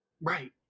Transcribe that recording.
Right